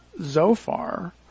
Zophar